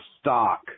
stock